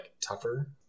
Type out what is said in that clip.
tougher